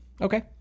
Okay